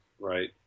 right